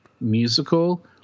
musical